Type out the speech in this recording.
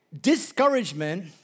discouragement